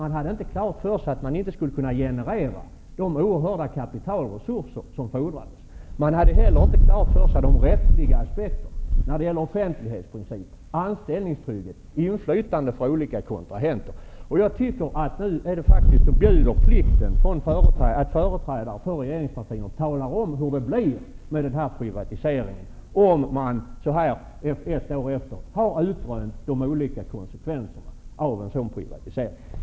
Man hade inte klart för sig att man inte skulle kunna generera de oerhörda kapitalresurser som fordrades. Regeringen hade inte heller de rättsliga aspekterna klara för sig. Det gäller offentlighetsprincipen, anställningstrygghet och inflytande för olika kontrahenter. Jag tycker att plikten nu bjuder att företrädare för regeringspartierna talar om hur det blir med privatiseringen och om de så här ett år efteråt har utrönt de olika konsekvenserna av en sådan privatisering.